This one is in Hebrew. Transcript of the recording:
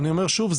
אני אומר שוב,